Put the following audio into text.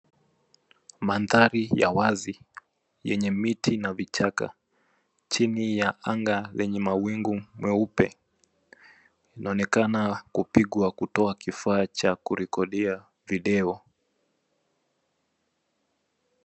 Mandhari ya wazi yenye miti na vichaka, chini ya anga lenye mawingu meupe. Inaonekana kupigwa kutoa kifaa cha kurekodia video.